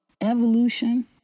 Evolution